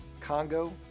Congo